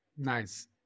Nice